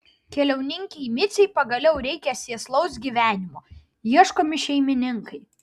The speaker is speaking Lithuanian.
keliauninkei micei pagaliau reikia sėslaus gyvenimo ieškomi šeimininkai